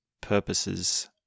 purposes